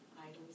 Idols